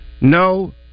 no